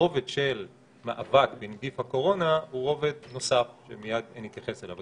הרובד של מאבק בנגיף הקורונה הוא רובד נוסף שמייד נתייחס אליו.